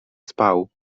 spał